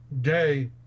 day